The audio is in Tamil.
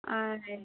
ஆ அது